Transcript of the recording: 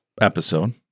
episode